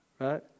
right